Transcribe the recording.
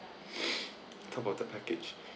on top of the package